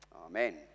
Amen